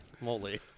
moly